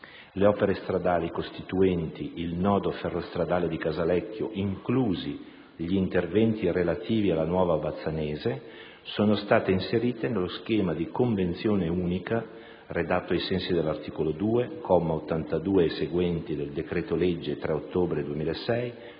Le opere stradali costituenti il nodo ferrostradale di Casalecchio, inclusi gli interventi relativi alla Nuova Bazzanese, sono state inserite nello schema di convenzione unica, redatto ai sensi dell'articolo 2, commi 82 e seguenti, del decreto-legge 3 ottobre 2006,